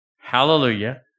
Hallelujah